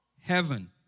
heaven